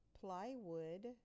plywood